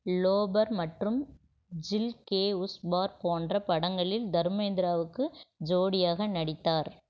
lobar மற்றும் ஜில் கே உஸ் பார் போன்ற படங்களில் தர்மேந்திராவுக்கு ஜோடியாக நடித்தார்